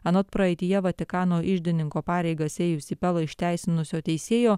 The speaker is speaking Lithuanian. anot praeityje vatikano iždininko pareigas ėjusį pelą išteisinusio teisėjo